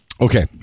Okay